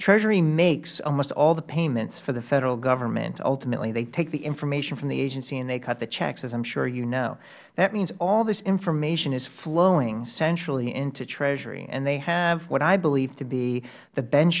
treasury makes almost all the payments for the federal government ultimately they take the information from the agency and they cut the checks as i am sure you know that means all this information is flowing centrally into treasury they have what i believe to be the bench